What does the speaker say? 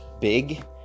big